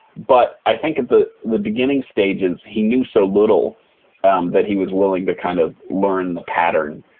but i think at the the beginning stages he knew so little that he was willing to kind of learn the pattern.